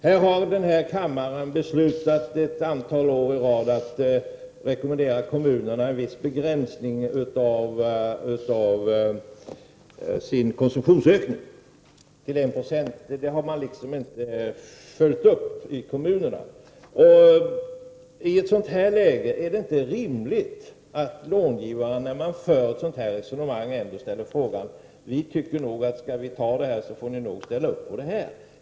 Vi har i denna kammare ett antal år i rad beslutat att rekommendera kommunerna en viss begränsning av sin konsumtionsökning, nämligen till 1 90. Detta har man inte hörsammat i kommunerna. Är det inte i ett sådant fall rimligt att långivaren när sådana här resonemang förs säger: Vi tycker nog att ni, om vi beviljar det här, får ställa upp på det där.